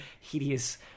hideous